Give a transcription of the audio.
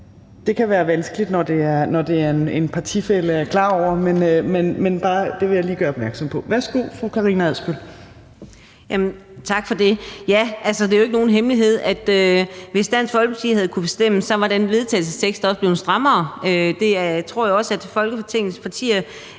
det kan være vanskeligt, når der er tale om en partifælle, men jeg vil lige gøre opmærksom på det. Værsgo, fru Karina Adsbøl. Kl. 17:45 Karina Adsbøl (DF): Tak for det. Det er jo ikke nogen hemmelighed, at hvis Dansk Folkeparti havde kunnet bestemme, var den vedtagelsestekst også blevet strammere, og det tror jeg også Folketingets partier